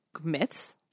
myths